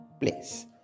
place